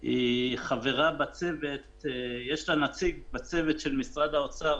יש לה נציג בצוות של משרד האוצר,